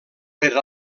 per